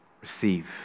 receive